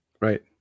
Right